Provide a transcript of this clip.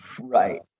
right